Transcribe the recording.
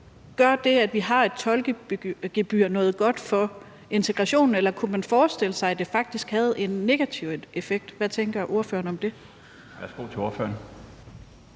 om det, at vi har et tolkegebyr, gør noget godt for integrationen, eller om man kunne man forestille sig, at det faktisk havde en negativ effekt. Hvad tænker ordføreren om det? Kl. 13:22 Den